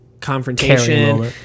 confrontation